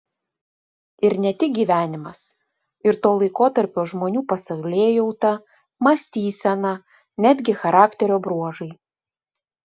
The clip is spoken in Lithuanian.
ir ne tik gyvenimas ir to laikotarpio žmonių pasaulėjauta mąstysena netgi charakterio bruožai